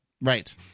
Right